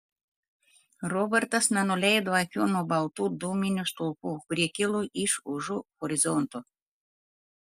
robertas nenuleido akių nuo baltų dūminių stulpų kurie kilo iš užu horizonto